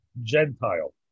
gentile